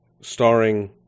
starring